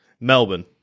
Melbourne